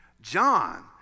John